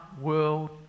world